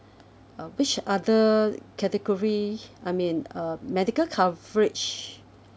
uh which other category I mean uh medical coverage